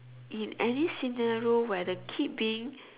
in any scenario where the kid being